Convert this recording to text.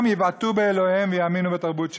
יבעטו באלוהיהם ויאמינו בתרבות שלנו.